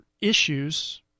issues